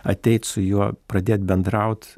ateit su juo pradėt bendraut